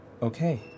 Okay